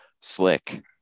slick